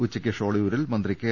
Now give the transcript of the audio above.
ഉച്ചയ്ക്ക് ഷോളയൂരിൽ മന്ത്രി കെ